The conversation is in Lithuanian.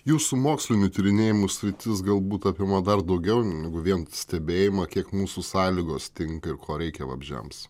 jūsų mokslinių tyrinėjimų sritis galbūt apima dar daugiau negu vien stebėjimą kiek mūsų sąlygos tinka ir ko reikia vabzdžiams